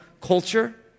culture